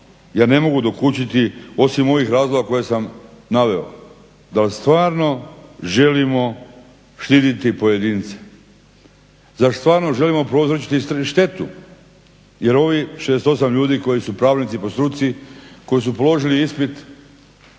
ja ne mogu dokučiti osim ovih razloga koje sam naveo, dal stvarno želimo štitit pojedince. Zar stvarno želimo prouzročiti sebi štetu, jer ovih 68 ljudi koji su pravnici po struci, koji su položili ispit